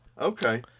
Okay